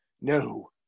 No